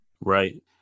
Right